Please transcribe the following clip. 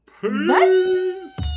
Peace